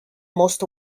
most